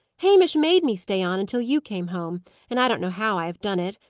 hamish made me stay on, until you came home and i don't know how i have done it.